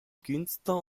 künstler